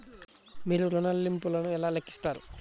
మీరు ఋణ ల్లింపులను ఎలా లెక్కిస్తారు?